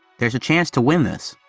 there's a chance to win this!